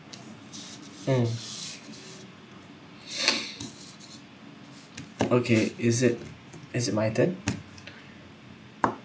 mm okay is it is it my turn